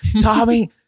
Tommy